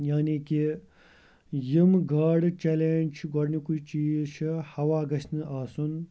یعنی کہِ یِم گاڈٕ چیلینٛج چھِ گۄڈٕنِیُکُے چیٖز چھُ ہَوا گَژھِنہٕ آسُن